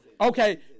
Okay